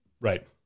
Right